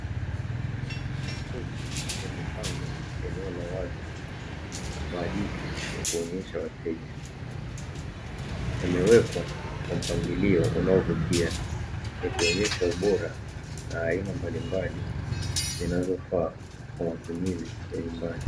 Makochi yamepangwa eneo la wazi kwa ajili ya kuonyesha wateja, yamewekwa kwa mpangilio unaovutia yakionyesha ubora na aina mbalimbali zinazofaa kwa matumizi ya nyumbani.